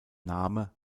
name